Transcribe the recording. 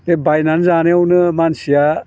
बे बायनानै जानायावनो मानसिया